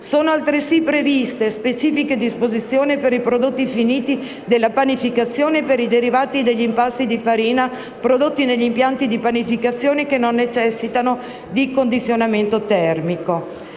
Sono altresì previste specifiche disposizioni per i prodotti finiti della panificazione e per i derivati dagli impasti di farina prodotti negli impianti di panificazione che non necessitano di condizionamento termico.